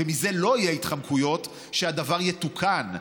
ומזה לא יהיו התחמקויות, שהדבר יתוקן.